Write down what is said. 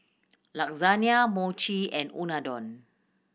Lasagne Mochi and Unadon